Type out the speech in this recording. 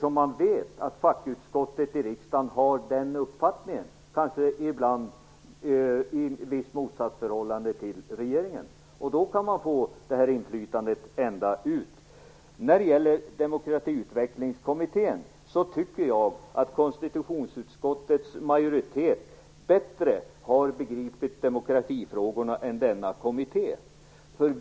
Om man vet att fackutskottet i riksdagen har en viss uppfattning, kanske i motsats till regeringen, kan man få ett inflytande som når ända fram. Jag tycker att konstitutionsutskottets majoritet bättre har begripit demokratifrågorna än Demokratiutvecklingskommittén.